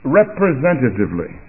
representatively